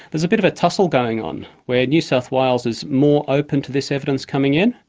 there's a bit of a tussle going on where new south wales is more open to this evidence coming in,